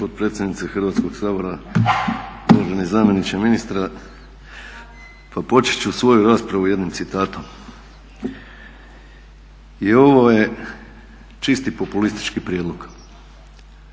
potpredsjednice Hrvatskog sabora, uvaženi zamjeniče ministra pa počet ću svoju raspravu jednim citatom "I ovo je čisti populistički prijedlog"